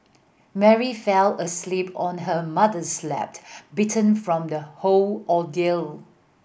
Mary fell asleep on her mother's lap beaten from the whole ordeal